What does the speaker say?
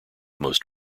most